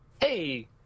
Hey